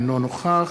אינו נוכח